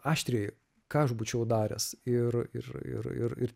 aštriai ką aš būčiau daręs ir ir ir ir ir